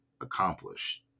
accomplished